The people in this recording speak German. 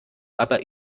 aber